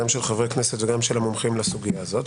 של חברי כנסת וגם של המומחים לסוגייה הזאת.